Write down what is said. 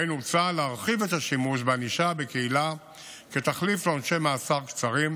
שבהן הוצע להרחיב את השימוש בענישה בקהילה כתחליף לעונשי מאסר קצרים,